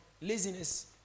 laziness